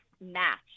match